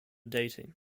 dating